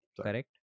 Correct